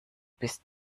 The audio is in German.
bis